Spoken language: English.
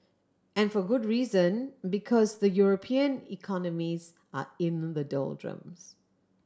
and for good reason because the European economies are in the doldrums